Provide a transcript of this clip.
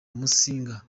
musinga